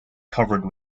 covered